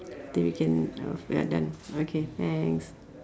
then we can off we are done okay thanks